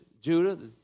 Judah